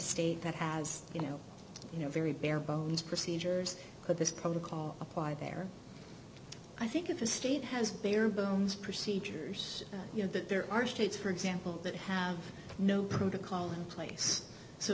state that has you know you know very bare bones procedures that this protocol apply there i think if a state has bare bones procedures you know that there are states for example that have no protocol in place so